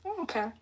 Okay